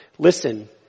Listen